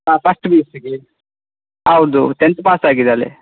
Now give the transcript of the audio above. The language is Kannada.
ಹಾಂ ಫಸ್ಟ್ ಪಿ ಯು ಸಿಗೆ ಹೌದು ಟೆಂತ್ ಪಾಸ್ ಆಗಿದಾಳೆ